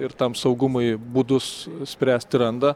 ir tam saugumui būdus spręsti randa